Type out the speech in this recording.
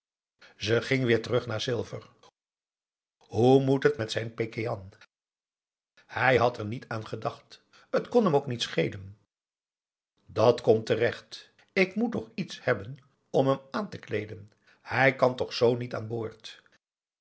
ze ging weer terug naar silver hoe moet het met zijn pakéan hij had er niet aan gedacht t kon hem ook niet schelen dat komt terecht ik moet toch iets hebben om hem aan te kleeden hij kan toch z niet aan boord